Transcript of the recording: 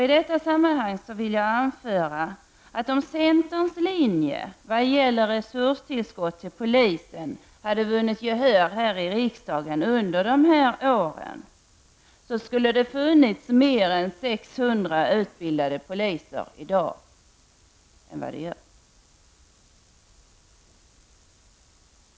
I detta sammanhang vill jag anföra, att om centerns linje vad gäller resurstillskott till polisen hade vunnit gehör i riksdagen under dessa år skulle det i dag funnits 600 poliser fler än vad det nu gör.